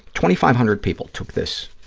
twenty-five hundred people took this,